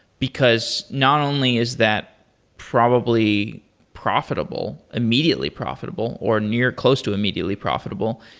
because not only is that probably profitable, immediately profitable, or near close to immediately profitable.